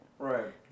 Right